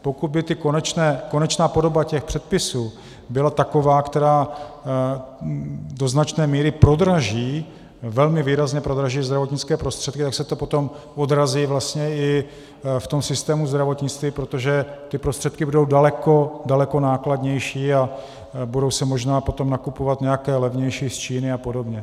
Pokud by konečná podoba těch předpisů byla taková, která do značné míry prodraží, velmi výrazně prodraží zdravotnické prostředky, tak se to potom odrazí v tom systému zdravotnictví, protože ty prostředky budou daleko, daleko nákladnější a budou se možná potom nakupovat nějaké levnější z Číny a podobně.